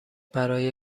برای